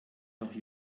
noch